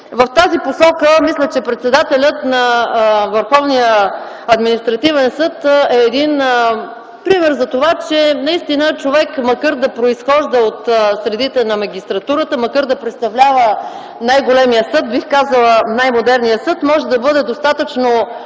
В тази посока, мисля, че председателят на Върховния административен съд е един пример за това, че наистина човек макар и да произхожда от средите на магистратурата, макар и да представлява най-големия съд, бих казала – най модерният съд, може да бъде достатъчно